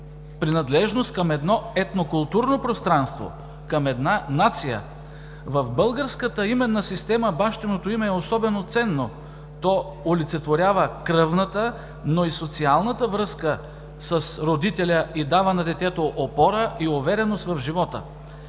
принадлежност към едно етнокултурно пространство, към една нация. В българската именна система бащиното име е особено ценно. То олицетворява кръвната, но и социалната връзка с родителя и дава на детето опора и увереност в живота.